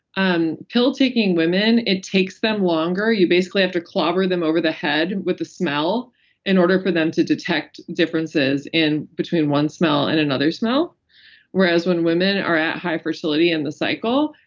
um pill taking women, it takes them longer. you basically have to clobber them over the head with the smell in order for them to detect differences between one smell and another smell whereas when women are at high fertility in the cycle,